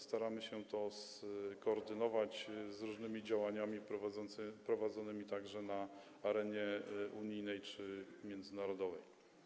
Staramy się to skoordynować z różnymi działaniami prowadzonymi także na arenie unijnej czy międzynarodowej.